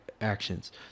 actions